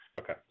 Okay